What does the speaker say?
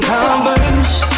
Converse